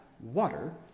water